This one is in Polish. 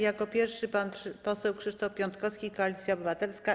Jako pierwszy pan poseł Krzysztof Piątkowski, Koalicja Obywatelska.